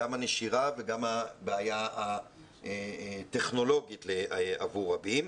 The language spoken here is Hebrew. גם הנשירה וגם הבעיה הטכנולוגית עבור רבים,